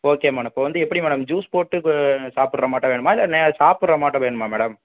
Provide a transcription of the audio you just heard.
okay madam இப்போ வந்து எப்படி மேடம் ஜூஸ் போட்டு சாப்பிட்றமாட்டம் வேணுமா இல்லை நே சாப்பிட்றமாட்டம் வேணுமா மேடம்